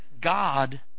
God